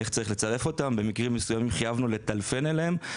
איך צריך לצרף אותם ובמקרים מסוימים חייבנו לטלפן אליהם.